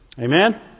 Amen